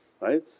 right